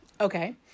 Okay